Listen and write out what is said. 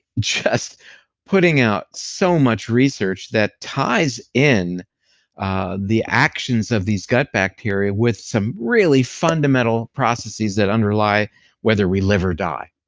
just putting out so much research that ties in the actions of these gut bacteria with some really fundamental processes that underlie whether we live or die,